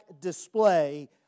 display